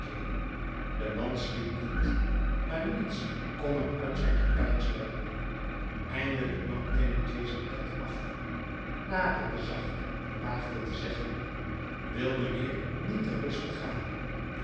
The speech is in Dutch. de man sliep niet maar niets kon hem uit zijn gepeins wekken eindelijk nam thénardier zijn pet af naderde zacht en waagde te zeggen wil mijnheer niet ter rust gaan